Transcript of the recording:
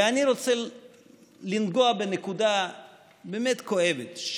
ואני רוצה לנגוע בנקודה באמת כואבת,